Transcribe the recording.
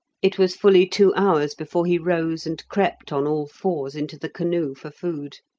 it was fully two hours before he rose and crept on all fours into the canoe for food.